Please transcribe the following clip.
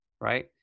right